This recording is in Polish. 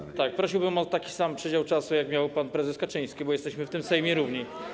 Panie marszałku, prosiłbym o taki sam przydział czasu, jak miał pan prezes Kaczyński, bo jesteśmy w tym Sejmie równi.